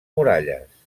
muralles